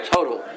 Total